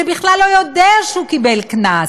שבכלל לא יודע שהוא קיבל קנס,